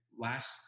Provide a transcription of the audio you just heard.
last